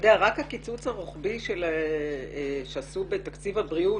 רק הקיצוץ הרוחבי שעשו בתקציב הבריאות,